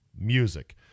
music